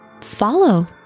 follow